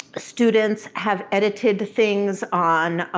ah students have edited things on